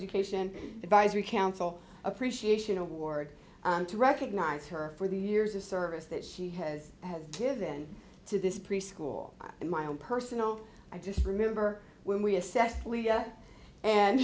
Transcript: education advisory council appreciation award to recognize her for the years of service that she has has given to this preschool in my own personal i just remember when we assessed and